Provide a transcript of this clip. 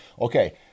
Okay